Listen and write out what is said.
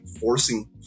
forcing